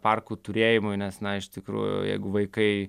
parkų turėjimui nes na iš tikrųjų jeigu vaikai